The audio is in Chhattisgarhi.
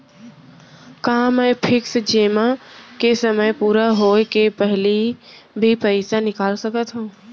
का मैं फिक्स जेमा के समय पूरा होय के पहिली भी पइसा निकाल सकथव?